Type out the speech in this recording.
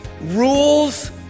Rules